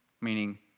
Meaning